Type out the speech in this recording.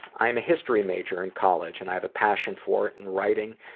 i'm a history major in college and i have a passion for it and writing